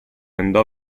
andò